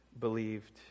believed